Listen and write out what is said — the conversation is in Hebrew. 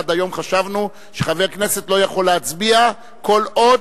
עד היום חשבנו שחבר כנסת לא יכול להצביע כל עוד